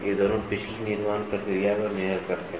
ये दोनों पिछली निर्माण प्रक्रिया पर निर्भर करते हैं